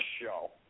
show